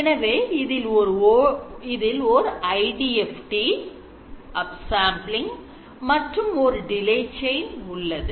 எனவே இதில் ஓர் IDFT upsampling மற்றும் ஓர் delay chain உள்ளது